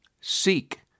Seek